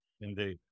Indeed